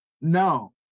No